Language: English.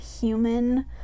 human